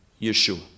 Yeshua